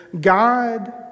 God